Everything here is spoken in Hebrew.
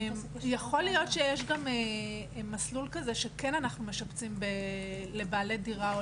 יכול להיות שיש גם מסלול כזה שכן אנחנו משפצים לבעלי דירה או